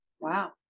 wow